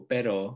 Pero